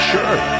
Sure